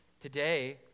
Today